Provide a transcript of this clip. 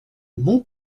mon